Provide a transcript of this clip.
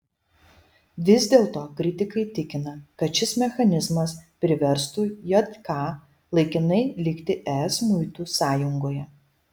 vis dėlto kritikai tikina kad šis mechanizmas priverstų jk laikinai likti es muitų sąjungoje